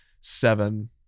seven